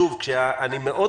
שוב אני אומר,